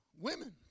women